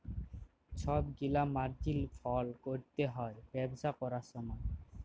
ছব গিলা মার্জিল ফল ক্যরতে হ্যয় ব্যবসা ক্যরার সময়